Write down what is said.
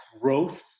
growth